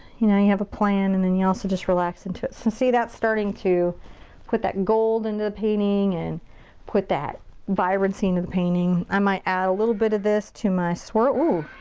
you know, you have a plan, and then you also just relax into it. so and see that's starting to put that gold into the painting and put that vibrancy into the painting. i might add a little bit of this to my swirl. ooooh!